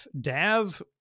Dav